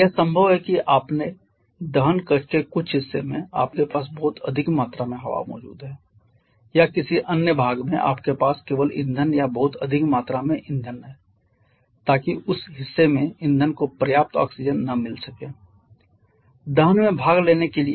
यह संभव है कि आपके दहन कक्ष के कुछ हिस्से में आपके पास बहुत अधिक मात्रा में हवा मौजूद है या किसी अन्य भाग में आपके पास केवल ईंधन या बहुत अधिक मात्रा में ईंधन है ताकि उस हिस्से में ईंधन को पर्याप्त ऑक्सीजन न मिल सके दहन में भाग लेने के लिए